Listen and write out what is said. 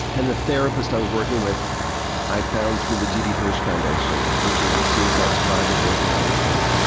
and the therapist i was working with i found through the didi hirsch foundation, which is a suicide survivors organization.